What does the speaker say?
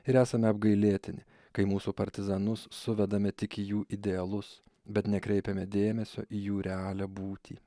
ir esame apgailėtini kai mūsų partizanus suvedame tik į jų idealus bet nekreipiame dėmesio jų realią būtį